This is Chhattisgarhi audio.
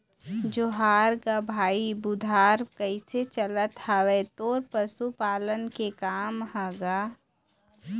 जोहार गा भाई बुधार कइसे चलत हवय तोर पशुपालन के काम ह गा?